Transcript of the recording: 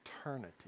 eternity